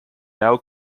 now